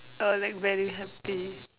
I would like very happy